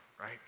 right